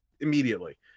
immediately